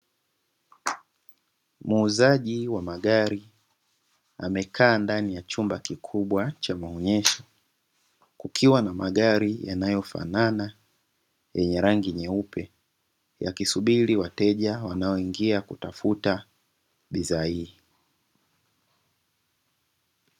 Muuzaji wa magari amekaa ndani ya chumba kikubwa cha maonyesho kukiwa na magari, yanayofanana yenye rangi nyeupe yakisubiri wateja wanaoingia kutafuta bidhaa hii.